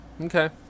Okay